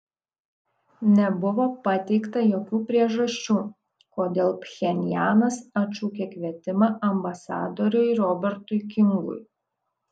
nebuvo pateikta jokių priežasčių kodėl pchenjanas atšaukė kvietimą ambasadoriui robertui kingui